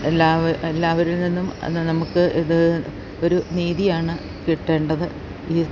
എല്ലാവരും എല്ലാവരിൽ നിന്നും അത് നമുക്ക് ഇത് ഒരു നീതിയാണ് കിട്ടേണ്ടത് ഈ